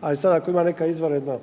ali sada ako ima neko izvanredno